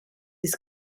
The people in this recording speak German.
des